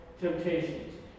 temptations